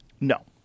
No